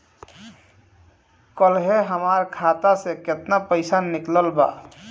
काल्हे हमार खाता से केतना पैसा निकलल बा?